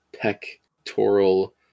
pectoral